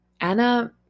Anna